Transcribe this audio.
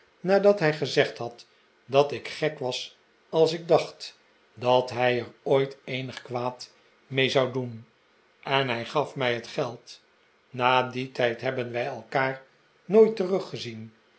nadat hij gezegd had dat ik gek was als ik dacht dat hij er ooit eenig kwaad mee zou doen en hij gaf mij het geld na dien tijd hebben wij elkaar nooit teruggezien